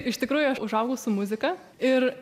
iš tikrųjų aš užaugau su muzika ir